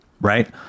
Right